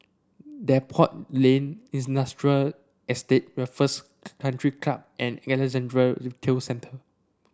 Depot Lane Industrial Estate Raffles Country Club and Alexandra Retail Centre